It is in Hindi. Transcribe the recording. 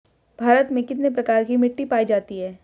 भारत में कितने प्रकार की मिट्टी पाई जाती हैं?